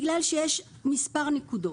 בגלל מספר נקודות: